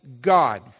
God